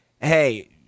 hey